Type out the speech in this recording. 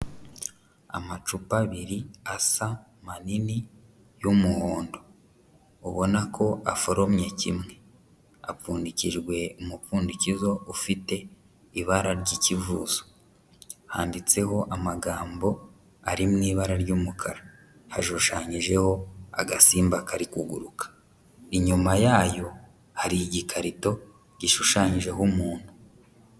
Amacupa abiri asa manini y'umuhondo, ubona ko aforomye kimwe, apfundikijwe umupfundikizo ufite ibara ry'ikivuzo, handitseho amagambo ari mu ibara ry'umukara, hashushanyijeho agasimba kari kuguruka, inyuma yayo hari igikarito gishushanyijeho umuntu.